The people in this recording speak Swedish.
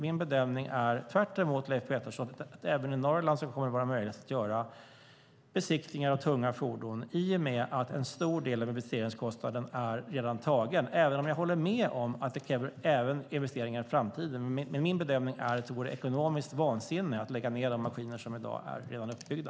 Min bedömning är tvärt emot Leif Petterssons att det även i Norrland kommer att vara möjligt att göra besiktningar av tunga fordon i och med att en stor del av investeringskostnaden redan är tagen. Jag håller med om att det även krävs investeringar i framtiden, men min bedömning är att det vore ekonomiskt vansinne att lägga ned de maskiner som i dag redan är uppbyggda.